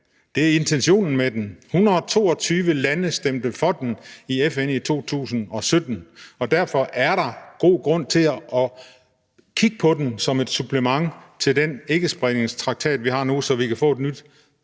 Det er intentionen med den. 122 lande stemte for den i FN i 2017, og derfor er der god grund til at kigge på den som et supplement til den ikkespredningstraktat, vi har nu, så vi kan få et nyt